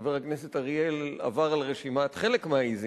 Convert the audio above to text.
חבר הכנסת אריאל עבר על רשימת חלק מהעזים.